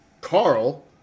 Carl